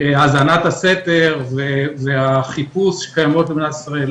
האזנת הסתר והחיפוש שקיימות במדינת ישראל.